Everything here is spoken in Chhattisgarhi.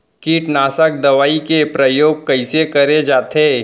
कीटनाशक दवई के प्रयोग कइसे करे जाथे?